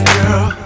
Girl